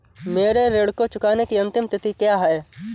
मेरे ऋण को चुकाने की अंतिम तिथि क्या है?